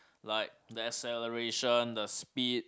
like the acceleration the speed